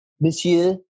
Monsieur